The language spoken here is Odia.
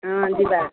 ହଁ ଯିବା